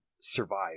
survive